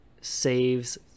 saves